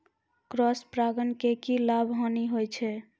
Cross परागण के की लाभ, हानि होय छै?